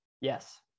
Yes